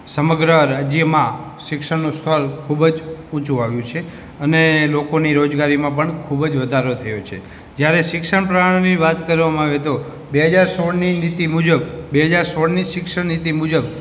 સમગ્ર રાજ્યમાં શિક્ષણનું સ્તર ખૂબ જ ઊંચુ આવ્યું છે અને લોકોની રોજગારીમાં પણ ખૂબ જ વધારો થયો છે જયારે શિક્ષણ પ્રણાલિની વાત કરવામાં આવે તો બે હજાર સોળની નીતિ મુજબ બે હજાર સોળની શિક્ષણ નીતિ મુજબ